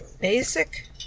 basic